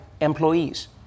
employees